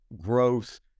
growth